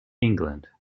england